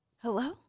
Hello